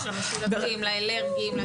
למשולבים, לאלרגיים.